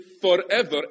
forever